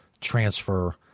transfer